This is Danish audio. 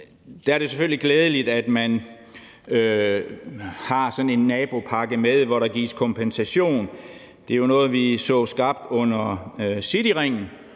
der er det selvfølgelig glædeligt, at man har en nabopakke med, hvor der gives kompensation – noget, som vi så skabt under Metrocityringen